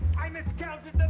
i miscounted